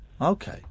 Okay